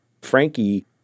Frankie